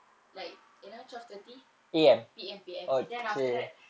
like you know twelve thirty P_M P_M and then after that